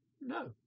No